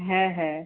হ্যাঁ হ্যাঁ